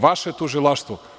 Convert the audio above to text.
Vaše tužilaštvo.